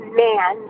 man